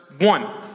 one